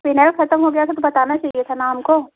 phenyl ख़त्म हो गया था तो बताना चाहिए था ना हमको